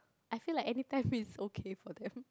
I feel like anytime it's okay for them